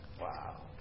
Wow